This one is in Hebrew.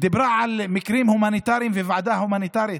דיברה על מקרים הומניטריים וועדה הומניטרית.